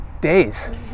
days